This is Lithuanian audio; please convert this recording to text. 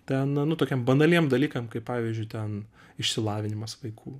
ten nu tokiem banaliem dalykam kaip pavyzdžiui ten išsilavinimas vaikų